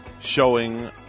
showing